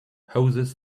hoses